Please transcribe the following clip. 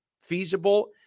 feasible